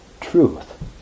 truth